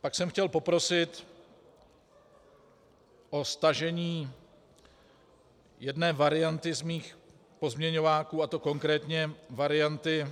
Pak jsem chtěl poprosit o stažení jedné varianty z mých pozměňováků, a to konkrétně varianty